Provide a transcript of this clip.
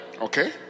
Okay